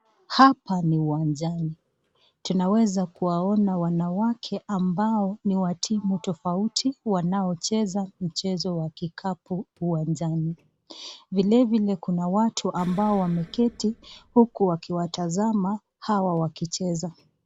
Hapa ni uwanjani. Tunaweza kuwaona wanawake ambao ni wa timu tofauti wanaocheza mchezo wa kikapu uwanjani. Vile vile kuna watu ambao wameketi huku wakiwatazama hawa wakicheza.